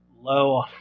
low